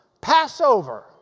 Passover